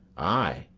ay,